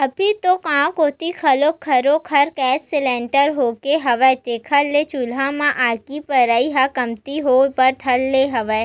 अभी तो गाँव कोती घलोक घरो घर गेंस सिलेंडर होगे हवय, जेखर ले चूल्हा म आगी बरई ह कमती होय बर धर ले हवय